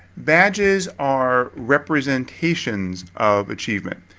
badges are representations of achievement.